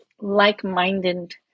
like-minded